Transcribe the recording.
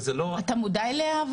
אבל אתה מודע אליה,